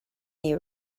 you